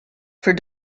for